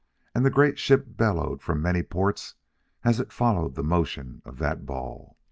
and the great ship bellowed from many ports as it followed the motion of that ball.